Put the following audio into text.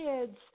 kids